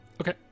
Okay